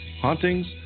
hauntings